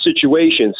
situations